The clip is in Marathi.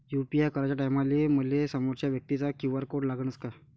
यू.पी.आय कराच्या टायमाले मले समोरच्या व्यक्तीचा क्यू.आर कोड लागनच का?